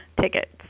tickets